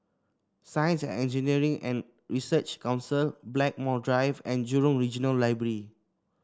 Science and Engineering and Research Council Blackmore Drive and Jurong Regional Library